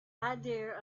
idea